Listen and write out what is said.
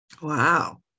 Wow